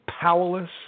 powerless